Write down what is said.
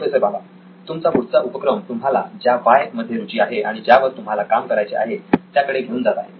professor Bala तुमचा पुढचा उपक्रम तुम्हाला ज्या व्हाय मध्ये रुची आहे आणि ज्यावर तुम्हाला काम करायचे आहे त्याकडे घेऊन जात आहे